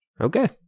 okay